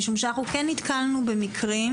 משום שאנחנו כן נתקלנו במקרים,